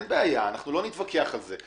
לא נתווכח על זה.